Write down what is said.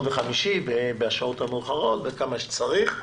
וביום חמישי בשעות המאוחרות וכמה שצריך.